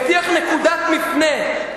הבטיח נקודת מפנה.